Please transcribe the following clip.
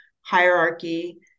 hierarchy